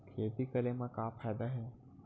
खेती करे म का फ़ायदा हे?